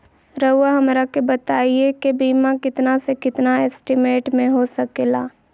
रहुआ हमरा के बताइए के बीमा कितना से कितना एस्टीमेट में हो सके ला?